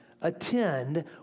attend